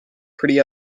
pretty